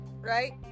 right